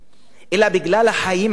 אלא בגלל החיים עצמם,